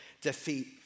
defeat